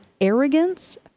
arrogance